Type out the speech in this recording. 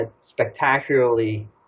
spectacularly